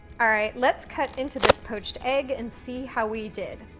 all right, let's cut into this poached egg and see how we did.